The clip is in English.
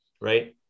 right